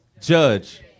judge